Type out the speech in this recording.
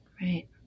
right